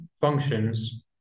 functions